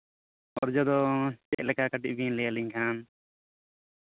ᱚᱨᱚᱡᱚ ᱫᱚ ᱪᱮᱫ ᱞᱮᱠᱟ ᱠᱟᱹᱴᱤᱡ ᱵᱤᱱ ᱞᱟᱹᱭ ᱟᱹᱞᱤᱧ ᱠᱷᱟᱱ